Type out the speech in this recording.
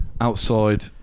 Outside